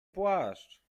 płaszcz